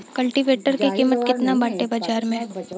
कल्टी वेटर क कीमत केतना बाटे बाजार में?